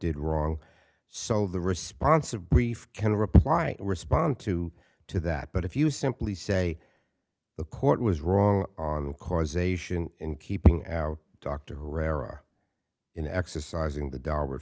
did wrong so the response of grief can reply respond to to that but if you simply say the court was wrong on causation in keeping out dr herrera in exercising the d